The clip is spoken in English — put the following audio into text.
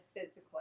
physically